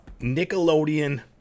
Nickelodeon